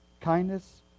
Kindness